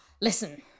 Listen